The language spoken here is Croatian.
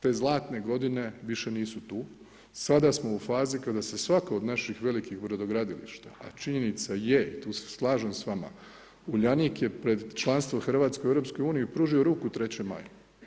Te zlatne godine više nisu tu, sada smo u fazi kada se svatko od naših velikih brodogradilišta, a činjenica je tu se slažem s vama Uljanik je pred članstvo Hrvatske u EU pružio ruku 3. Maju.